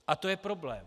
A to je problém.